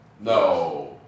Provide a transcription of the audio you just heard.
No